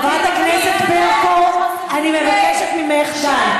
חברת הכנסת ברקו, אני מבקשת ממך, די.